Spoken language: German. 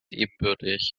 ebenbürtig